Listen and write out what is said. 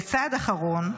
כצעד אחרון,